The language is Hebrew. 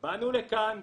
באנו לכאן,